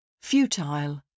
Futile